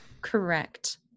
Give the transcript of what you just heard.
Correct